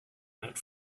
not